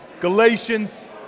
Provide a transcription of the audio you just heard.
Galatians